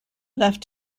left